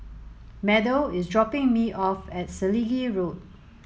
Meadow is dropping me off at Selegie Road